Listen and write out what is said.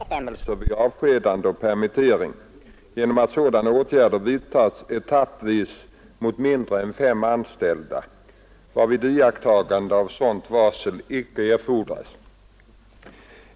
Herr talman! Herr Hallgren har frågat om jag är beredd att ta initiativ till skärpta bestämmelser i syfte att stävja kringgåendet av varselbestämmelserna vid avskedanden och permitteringar genom att sådana åtgärder vidtas etappvis mot mindre än fem anställda, varvid iakttagande av sådant varsel icke erfordras.